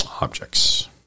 objects